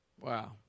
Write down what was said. Wow